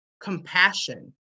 compassion